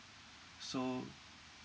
so